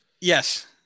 Yes